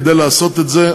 כדי לעשות את זה,